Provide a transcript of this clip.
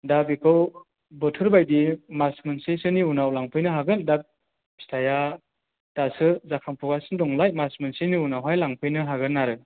दा बेखौ बोथोर बायदि मास मोनसेसोनि उनाव लांफैनो हागोन दा फिथाइआ दासो जाखांफुगासिनो दं नालाय मास मोनसेनि उनावहाय लांफैनो हागोन आरो